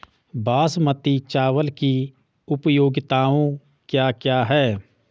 बासमती चावल की उपयोगिताओं क्या क्या हैं?